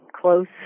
close